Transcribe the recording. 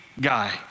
guy